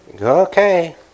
Okay